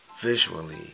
Visually